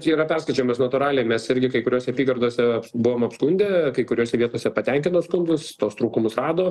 čia yra perskaičiavimas natūraliai mes irgi kai kuriose apygardose buvom apskundę kai kuriose vietose patenkino skundus tuos trūkumus rado